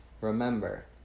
Remember